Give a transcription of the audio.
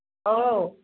অ'